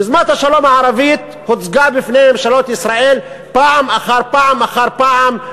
יוזמת השלום הערבית הוצגה בפני ממשלות ישראל פעם אחר פעם אחר פעם,